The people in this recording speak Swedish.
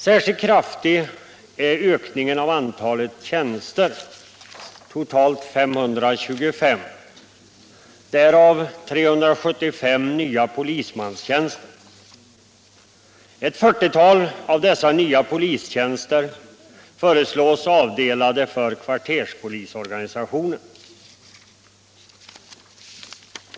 Särskilt kraftig är ökningen av antalet tjänster — totalt 525, varav 375 är nya polismanstjänster. Ett 40-tal av dessa nya polistjänster föreslås avdelade för kvarterspolisorganisationen.